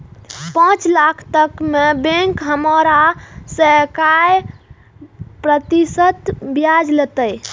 पाँच लाख तक में बैंक हमरा से काय प्रतिशत ब्याज लेते?